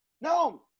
No